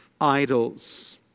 idols